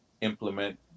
implement